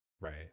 Right